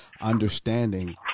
understanding